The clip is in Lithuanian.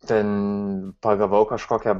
ten pagavau kažkokią